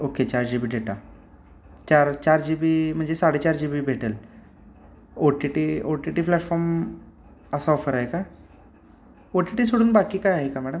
okay चार G B data चार चार जी बी म्हणजे साडेचार जी बी भेटेल O T T O T T platform असा ऑफर आहे का ओ टी टी सोडून बाकी काय आहे का मॅडम